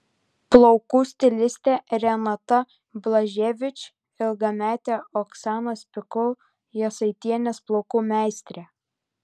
plaukų stilistė renata blaževič ilgametė oksanos pikul jasaitienės plaukų meistrė